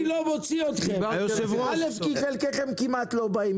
אני לא מוציא אתכם כי חלקכם כמעט ולא באים